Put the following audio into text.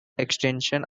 extension